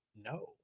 no